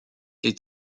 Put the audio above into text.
est